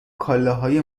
کالاهای